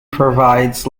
provides